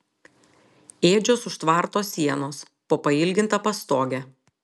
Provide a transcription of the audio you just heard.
ėdžios už tvarto sienos po pailginta pastoge